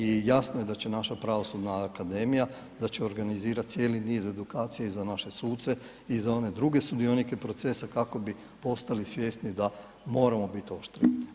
I jasno je da će naša pravosudna akademija da će organizirati cijeli niz edukacija i za naše suce i za one druge sudionike procesa kako bi postali svjesni da moramo biti oštriji.